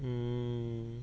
mm